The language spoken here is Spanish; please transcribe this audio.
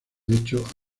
hecho